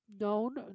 known